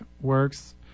works